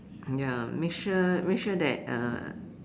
ya make sure make sure that uh